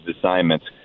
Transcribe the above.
assignments